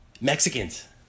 Mexicans